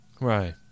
Right